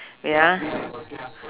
wait ah